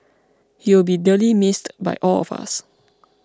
he will be dearly missed by all of us